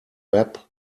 web